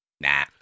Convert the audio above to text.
Nah